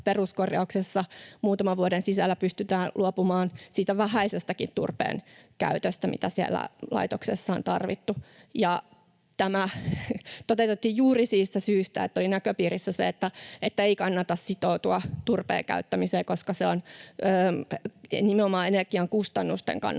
peruskorjauksessa muutaman vuoden sisällä pystytään luopumaan siitä vähäisestäkin turpeen käytöstä, mitä siellä laitoksessa on tarvittu. Ja tämä toteutettiin juuri siitä syystä, että oli näköpiirissä se, että ei kannata sitoutua turpeen käyttämiseen, koska se on nimenomaan energian kustannusten kannalta